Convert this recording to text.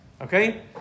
okay